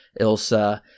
Ilsa